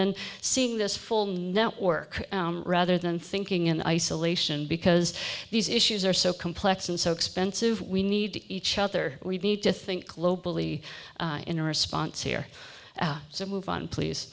then seeing this full network rather than thinking in isolation because these issues are so complex and so expensive we need to each other we need to think globally in response here so move on please